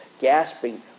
gasping